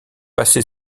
passé